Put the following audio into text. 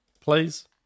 Please